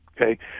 okay